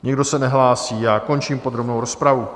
Nikdo se nehlásí, končím podrobnou rozpravu.